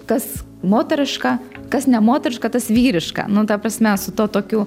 kas moteriška kas nemoteriška tas vyriška nu ta prasme su tuo tokiu